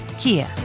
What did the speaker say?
Kia